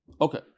okay